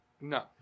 No